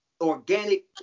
organic